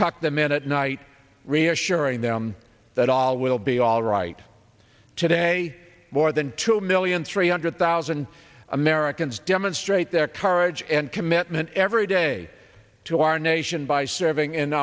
tuck them in at night reassuring them that all will be all right today more than two million three hundred thousand americans demonstrate their courage and commitment every day say to our nation by serving in